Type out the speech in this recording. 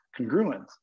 congruence